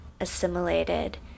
assimilated